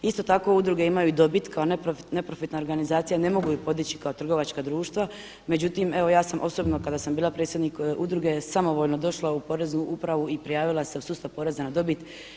Isto tako udruge imaju i dobit kao neprofitna organizacija, ne mogu ih podići kao trgovačka društva, međutim evo ja sam osobno kada sam bila predsjednik udruge samovoljno došla u Poreznu upravu i prijavila se u sustav poreza na dobit.